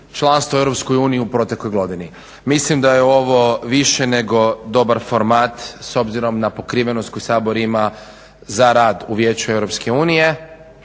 članstvu EU u protekloj godini. Mislim da je ovo više nego dobar format s obzirom na pokrivenost koju Sabor ima za rad u Vijeću EU